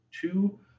two